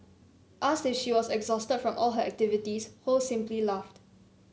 asked if she was exhausted from all her activities Ho simply laughed